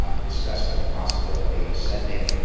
ah discussing the possibility of sending